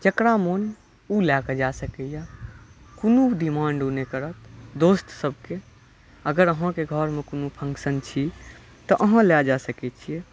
जकरा मोन ओ लए कऽ जाय सकैया कोनो डिमांड ओ नहि करत दोस्त सबके अगर आहाँके घरमे कोनो फंक्शन छी तऽ आहाँ लए जा सकै छियै